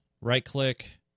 Right-click